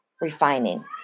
refining